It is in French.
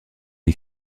des